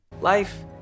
life